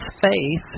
faith